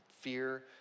fear